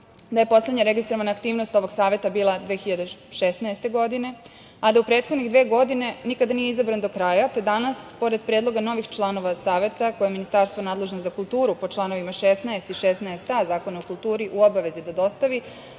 da je poslednja registrovana aktivnost ovog Saveta bila 2016. godine, a da u prethodne dve godine nikada nije izabran do kraja, te danas pored predloga novih članova Saveta, koje je Ministarstvo nadležno za kulturu po članovima 16. i 16a Zakona o kulturi u obavezi da dostavi,